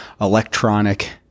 electronic